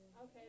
Okay